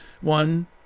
one